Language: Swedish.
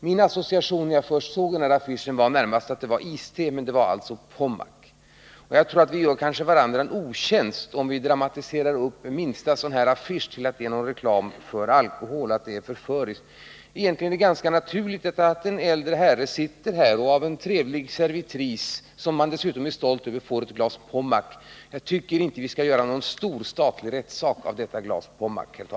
Min association när jag först såg affischen var närmast att det var iste i glaset, men det var alltså Pommac. Jag tror att vi gör varandra en otjänst om vi dramatiserar upp den minsta affisch till att ge reklam för alkohol och till att vara förförisk. Det är egentligen ganska naturligt att en äldre herre sitter vid ett restaurangbord och av en trevlig servitris, som man dessutom är stolt över, får ett glas Pommac. Jag tycker inte, herr talman, att vi skall göra någon stor statlig rättssak av detta glas Pommac.